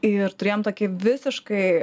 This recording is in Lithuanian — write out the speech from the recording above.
ir turėjom tokį visiškai